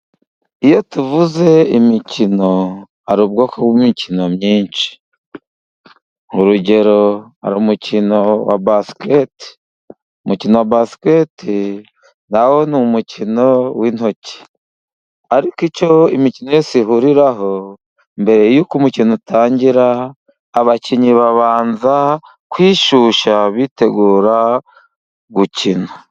Iyo tuvuze imikino hari ubwoko bw'imikino myinshi. urugero hari umukino wa basiketi, umukino wa basiketi na wo ni umukino w'intoki. Ariko icyo imikino yose ihuriraho mbere yuko umukino utangira, abakinnyi babanza kwishyushya bitegura gukina.